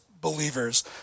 believers